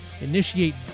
initiate